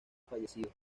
fallecido